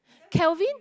Kelvin